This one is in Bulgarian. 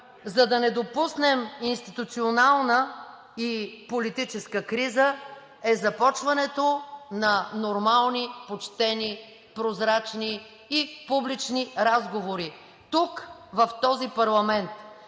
за да не допуснем институционална и политическа криза, е започването на нормални, почтени, прозрачни и публични разговори тук, в този парламент,